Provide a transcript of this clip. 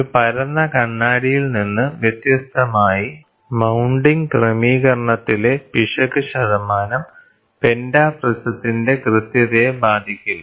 ഒരു പരന്ന കണ്ണാടിയിൽ നിന്ന് വ്യത്യസ്തമായി മൌണ്ടിംഗ് ക്രമീകരണത്തിലെ പിശക് ശതമാനം പെന്റാപ്രിസത്തിന്റെ കൃത്യതയെ ബാധിക്കില്ല